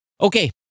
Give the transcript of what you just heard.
Okay